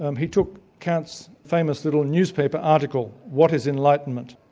um he took kant's famous little newspaper article, what is enlightenment?